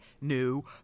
new